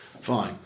Fine